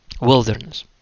wilderness